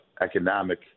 economic